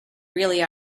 really